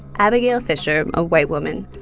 abigail fisher, a white woman,